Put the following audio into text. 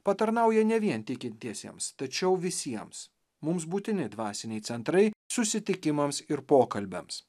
patarnauja ne vien tikintiesiems tačiau visiems mums būtini dvasiniai centrai susitikimams ir pokalbiams